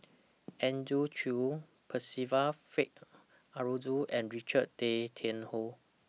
Andrew Chew Percival Frank Aroozoo and Richard Tay Tian Hoe